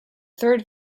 third